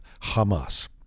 Hamas